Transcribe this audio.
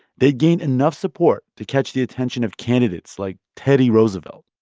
they gained enough support to catch the attention of candidates like teddy roosevelt.